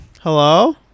hello